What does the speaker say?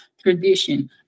tradition